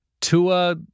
Tua